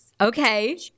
Okay